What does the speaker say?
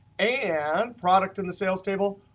and product in the sales table,